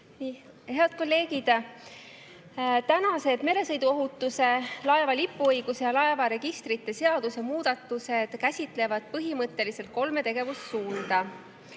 Head kolleegid! Tänased meresõiduohutuse seaduse, laeva lipuõiguse ja laevaregistrite seaduse muudatused käsitlevad põhimõtteliselt kolme tegevussuunda.